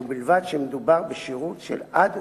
ובלבד שמדובר בשירות של עד